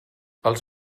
els